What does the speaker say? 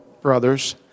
brothers